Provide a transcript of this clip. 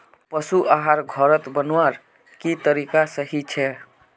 पशु आहार घोरोत बनवार की तरीका सही छे?